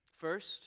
First